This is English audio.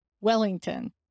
Wellington